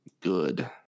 good